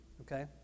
Okay